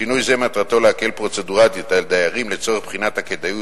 שינוי זה מטרתו להקל פרוצדורלית על דיירים לצורך בחינת הכדאיות